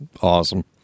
Awesome